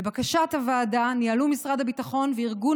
לבקשת הוועדה ניהלו משרד הביטחון וארגון